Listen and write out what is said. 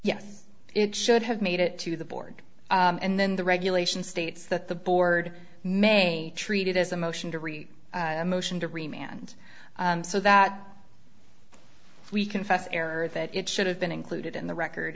yes it should have made it to the board and then the regulations states that the board may treat it as a motion to read a motion to remain and so that we confess error that it should have been included in the record